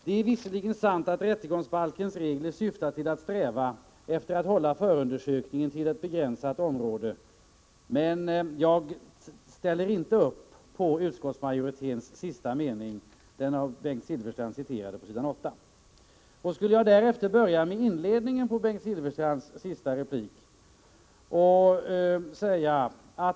Det är visserligen sant att rättegångsbalkens regler syftar till att hålla förundersökningen till ett begränsat område, men jag ställer inte upp på utskottsmajoritetens mening på s. 8, som citerades av Bengt Silfverstrand. Jag går nu över till inledningen av Bengt Silfverstrands senaste replik.